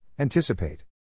Anticipate